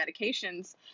medications